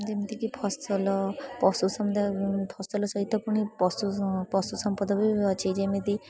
ଯେମିତିକି ଫସଲ ପଶୁ ସମ୍ପଦ ଫସଲ ସହିତ ପୁଣି ପଶୁ ପଶୁ ସମ୍ପଦ ବି ଅଛି ଯେମିତି